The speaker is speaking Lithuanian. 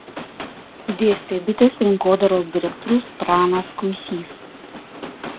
dėstė bitės rinkodaros direktorius pranas kuisys